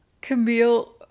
Camille